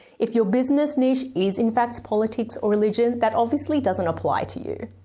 if your business niche is in fact politics or religion, that obviously doesn't apply to you.